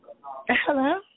Hello